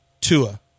tua